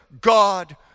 God